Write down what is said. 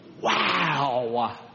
wow